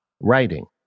writing